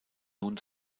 nun